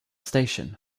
station